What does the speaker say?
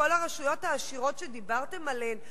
כל הרשויות העשירות שדיברתם עליהן,